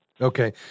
Okay